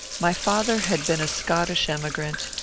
my father had been a scottish emigrant,